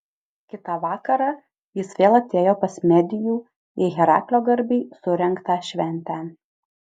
kitą vakarą jis vėl atėjo pas medijų į heraklio garbei surengtą šventę